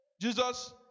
Jesus